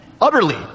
utterly